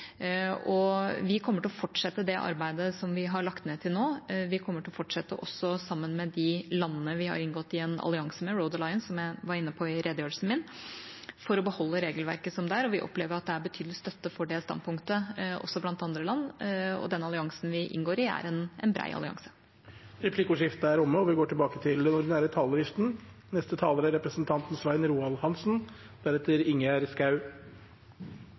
høst. Vi kommer til å fortsette det arbeidet som vi til nå har lagt ned. Vi kommer også til å fortsette sammen med de landene vi har inngått i en allianse med, Road Alliance, som jeg var inne på i redegjørelsen min, for å beholde regelverket som det er. Vi opplever at det er betydelig støtte for det standpunktet også i andre land, og den alliansen vi inngår i, er en bred allianse. Replikkordskiftet er omme. I 25 år har vi hatt EØS-avtalen som rammen for vårt forhold til EU. Den har tjent oss vel på mange måter. Først og fremst ivaretar den